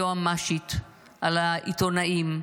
היועמ"שית, על העיתונאים,